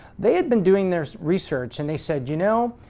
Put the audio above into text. they had been doing their research and they said, you know,